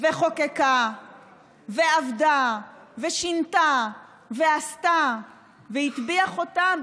וחוקקה ועבדה ושינתה ועשתה והטביעה חותם,